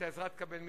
את העזרה תקבל מאתנו.